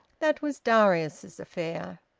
that was darius's affair.